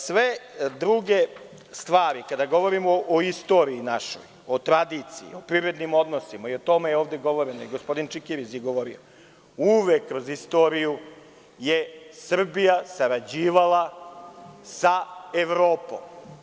Sve druge stvari, kada govorimo o našoj istoriji, o tradiciji, o privrednim odnosima, i o tome je ovde govoreno, gospodin Čikiriz je govorio, uvek je kroz istoriju Srbija sarađivala sa Evropom.